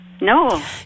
No